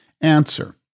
Answer